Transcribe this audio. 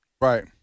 right